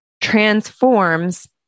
transforms